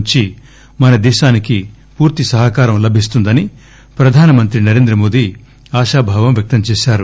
నుంచి మనదేశానికి పూర్తి సహకారం లభిస్తుందని ప్రధానమంత్రి నరేంద్రమోదీ ఆశాభావం వ్యక్తంచేశారు